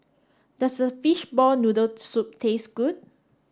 does Fishball Noodle Soup taste good